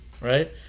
Right